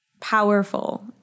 powerful